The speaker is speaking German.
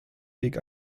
weg